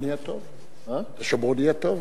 "השומרוני הטוב".